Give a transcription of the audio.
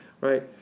Right